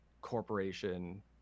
corporation